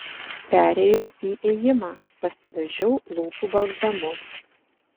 perėjau į ėjimą pasidažiau lūpų balzamu